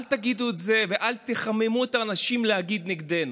אל תגידו את זה ואל תחממו את האנשים להגיד נגדנו,